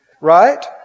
Right